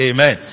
Amen